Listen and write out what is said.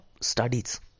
studies